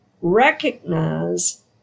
recognize